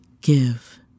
Give